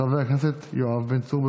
יציג חבר הכנסת יואב בן צור.